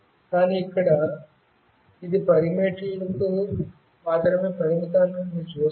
కానీ ఇక్కడ ఇది 10 మీటర్లకు మాత్రమే పరిమితం అని మీరు చూస్తారు